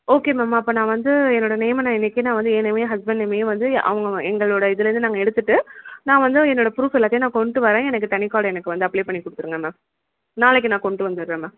okay ma'am அப்போ நான் வந்து என்னோடய நேமை நான் இன்றைக்கே நான் வந்து ஏன் நேமையும் ஹஸ்பண்ட் நேமையும் வந்து அவங்க எங்களோடய இதுலேருந்து நாங்கள் எடுத்துவிட்டு நான் வந்து என்னோடய ப்ரூஃப் எல்லாத்தையும் நான் கொண்டு வரேன் எனக்கு தனி கார்டு எனக்கு வந்து அப்ளே பண்ணி கொடுத்துருங்க மேம்